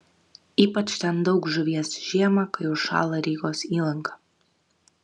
ypač ten daug žuvies žiemą kai užšąla rygos įlanka